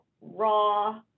raw